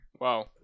Wow